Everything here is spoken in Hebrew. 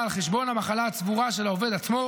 על חשבון המחלה הצבורה של העובד עצמו,